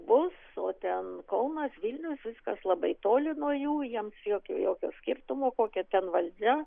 bus o ten kaunas vilnius viskas labai toli nuo jų jiems jokio jokio skirtumo kokia ten valdžia